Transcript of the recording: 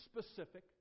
specific